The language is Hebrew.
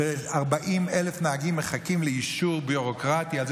40,000 נהגים מחכים לאישור ביורוקרטי על זה